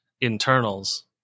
internals